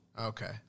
Okay